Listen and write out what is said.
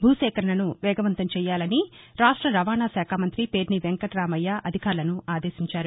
భూ సేకరణను వేగవంతం చేయాలని రాష్ట రావాణా శాఖ మంతి పేర్ని వెంకటామయ్య అధికారులను అదేశించారు